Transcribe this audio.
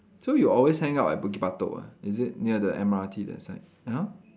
so you always hang out at Bukit-Batok ah is it near the M_R_T that side !huh!